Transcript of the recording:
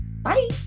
Bye